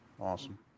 Awesome